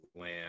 Lamb